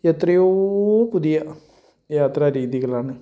എത്രയോ പുതിയ യാത്രാ രീതികളാണ്